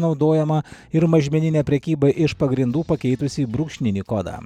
naudojamą ir mažmeninę prekybą iš pagrindų pakeitusį brūkšninį kodą